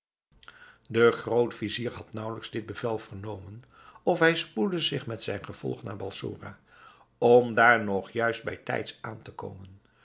de groot-vizier had naauwelijks dit bevel vernomen of hij spoedde zich met zijn gevolg naar balsora om daar nog juist bij tijds aan te komen